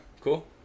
Cool